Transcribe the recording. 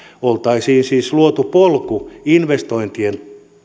oltaisiin siis luotu polku investointien